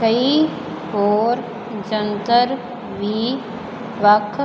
ਕਈ ਹੋਰ ਯੰਤਰ ਵੀ ਵੱਖ